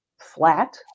flat